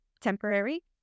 temporary